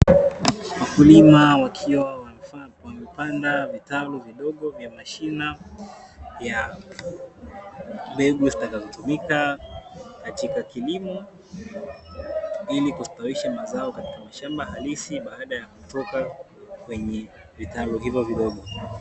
Mkulima wakiwa wamepanda vitalu vidogo vya mashina ya mbegu zitakazotumika katika kilimo, ili kustawisha mazao katika mashamba halisi baada ya kutoka kwenye vitalu hivyo vidogo.